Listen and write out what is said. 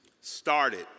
started